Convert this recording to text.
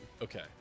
Okay